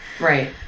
Right